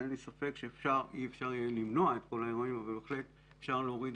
אין לי ספק שאי אפשר יהיה למנוע את כל האירועים אבל בהחלט אפשר להוריד